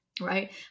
right